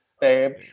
babe